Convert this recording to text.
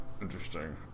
interesting